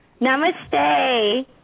Namaste